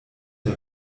der